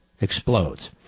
explodes